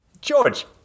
George